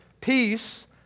peace